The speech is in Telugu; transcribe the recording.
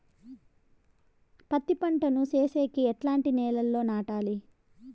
పత్తి పంట ను సేసేకి ఎట్లాంటి నేలలో నాటాలి?